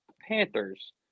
Panthers